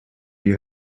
you